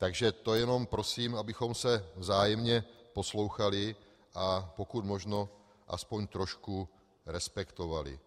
Takže to jenom prosím, abychom se vzájemně poslouchali a pokud možno aspoň trošku respektovali.